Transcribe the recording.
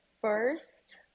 first